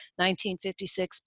1956